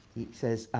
it says